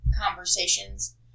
conversations